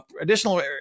Additional